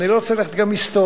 אני לא רוצה ללכת גם היסטורית.